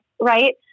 right